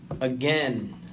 again